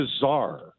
bizarre